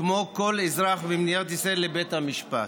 כמו כל אזרח במדינת ישראל לבית המשפט